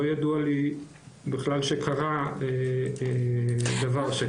לא ידוע לי בכלל שקרה דבר כזה.